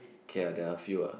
okay lah then there are a few lah